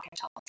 talk